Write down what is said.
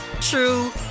true